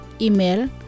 Email